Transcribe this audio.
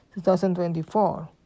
2024